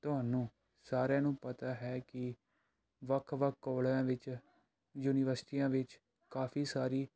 ਤੁਹਾਨੂੰ ਸਾਰਿਆਂ ਨੂੰ ਪਤਾ ਹੈ ਕਿ ਵੱਖ ਵੱਖ ਕੋਲਜਾਂ ਵਿੱਚ ਯੂਨੀਵਰਸਿਟੀਆਂ ਵਿੱਚ ਕਾਫੀ ਸਾਰੀ